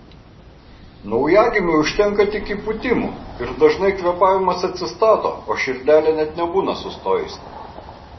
naujagimiui užtenka tik įpūtimų ir dažnai kvėpavimas atsistato o širdelė net nebūna sustojusi